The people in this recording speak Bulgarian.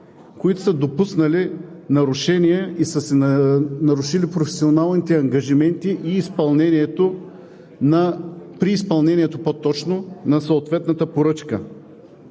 които са допуснали нарушение и са нарушили професионалните си ангажименти при изпълнението на съответната поръчка.